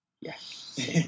Yes